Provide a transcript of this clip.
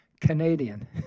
Canadian